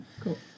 Cool